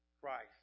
Christ